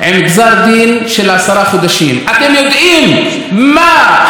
אתם יודעים מה הפשע שעשה אותו שייח' סיאח?